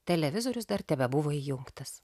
televizorius dar tebebuvo įjungtas